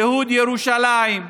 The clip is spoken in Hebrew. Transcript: ייהוד ירושלים,